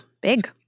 big